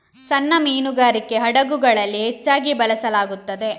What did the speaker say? ಸಣ್ಣ ಮೀನುಗಾರಿಕೆ ಹಡಗುಗಳಲ್ಲಿ ಹೆಚ್ಚಾಗಿ ಬಳಸಲಾಗುತ್ತದೆ